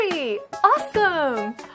Awesome